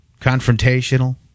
confrontational